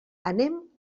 anem